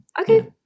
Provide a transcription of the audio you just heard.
Okay